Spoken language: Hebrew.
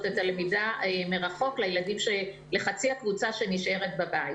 את הלמידה מרחוק לחצי הקבוצה שנשארת בבית.